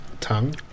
tongue